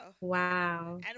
Wow